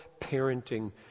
parenting